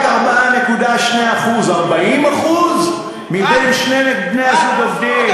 רק 4.2%. 40% מבין שני בני-זוג שעובדים?